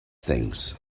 things